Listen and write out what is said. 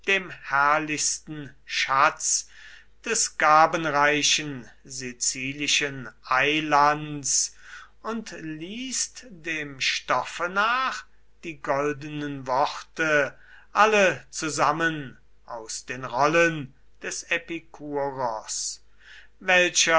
dem herrlichsten schatz des gabenreichen sizilischen eilands und liest dem stoffe nach die goldenen worte alle zusammen aus den rollen des epikuros welcher